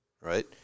Right